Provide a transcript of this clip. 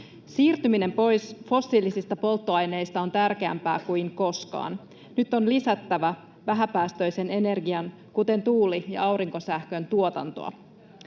Siirtyminen pois fossiilisista polttoaineista on tärkeämpää kuin koskaan. Nyt on lisättävä vähäpäästöisen energian, kuten tuuli- ja aurinkosähkön, tuotantoa.